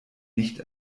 nicht